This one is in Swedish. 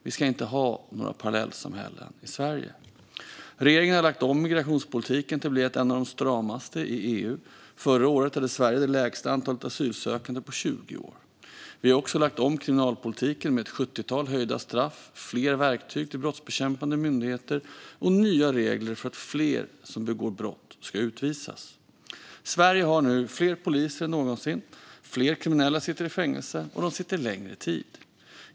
Vi ska inte ha några parallellsamhällen i Sverige. Regeringen har lagt om migrationspolitiken till att bli en av de stramaste i EU. Förra året hade Sverige det minsta antalet asylsökande på 20 år. Vi har också lagt om kriminalpolitiken med ett sjuttiotal höjda straff, fler verktyg till brottsbekämpande myndigheter och nya regler för att fler som begår brott ska utvisas. Sverige har nu fler poliser än någonsin. Fler kriminella sitter i fängelse, och de sitter längre tid.